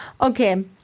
Okay